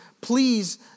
please